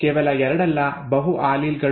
ಕೇವಲ ಎರಡಲ್ಲ ಬಹು ಆಲೀಲ್ ಗಳು